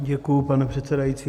Děkuji, pane předsedající.